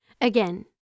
Again